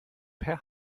per